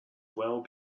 well